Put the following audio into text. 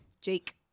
Jake